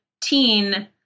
teen